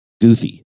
goofy